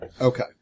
Okay